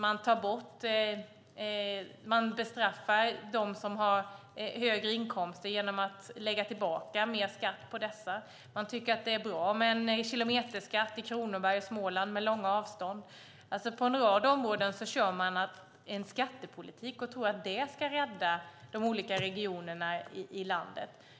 Man vill bestraffa dem som har högre inkomster genom att lägga tillbaka mer skatt på dessa. Man tycker att det är bra med en kilometerskatt i Kronoberg och Småland med långa avstånd. På en rad områden kör man med en skattepolitik och tror att det ska rädda de olika regionerna i landet.